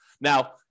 Now